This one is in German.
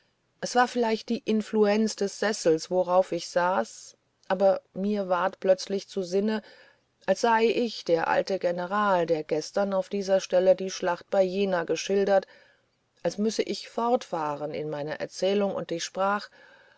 es war vielleicht die influenz des sessels worauf ich saß aber mir ward plötzlich zu sinne als sei ich der alte general der gestern auf dieser stelle die schlacht bei jena geschildert als müsse ich fortfahren in meiner erzählung und ich sprach